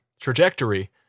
Trajectory